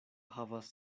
havas